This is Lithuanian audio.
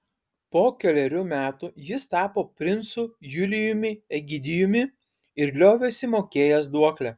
po kelerių metų jis tapo princu julijumi egidijumi ir liovėsi mokėjęs duoklę